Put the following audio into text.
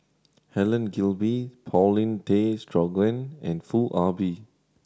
Helen Gilbey Paulin Tay Straughan and Foo Ah Bee